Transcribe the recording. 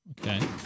Okay